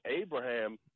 Abraham